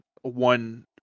one